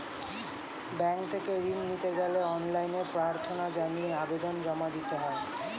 bank থেকে ঋণ নিতে গেলে অনলাইনে প্রার্থনা জানিয়ে আবেদন জমা দিতে হয়